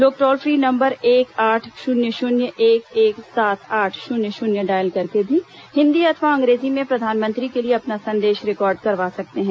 लोग toll free number एक आठ शून्य शून्य एक एक सात आठ शून्य शून्य डायल करके भी हिन्दी अथवा अंग्रेजी में प्रधानमंत्री के लिए अपना संदेश रिकार्ड करवा सकते हैं